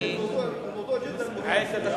אנחנו עוברים לנושא הבא: העברת נתונים